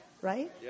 right